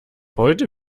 heute